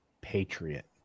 patriot